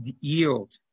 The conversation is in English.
yield